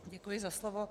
Děkuji za slovo.